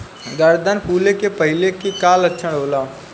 गर्दन फुले के पहिले के का लक्षण होला?